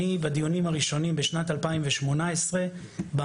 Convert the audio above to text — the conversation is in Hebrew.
בדיונים הראשונים בשנת 2018 במל"ל,